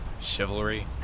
Chivalry